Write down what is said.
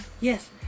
Yes